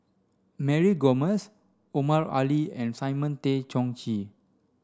Mary Gomes Omar Ali and Simon Tay Seong Chee